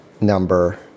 number